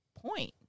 point